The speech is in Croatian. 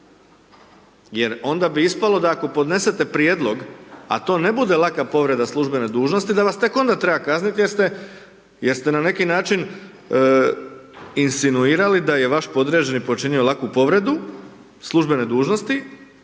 jer onda bi ispalo da ako podnesete prijedlog a to ne bude laka povreda službene dužnosti, da vas tek onda treba kazniti jer ste na neki način insinuirali da je vaš podređeni počinio laku povredu službene dužnosti